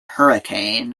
hurricane